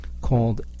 called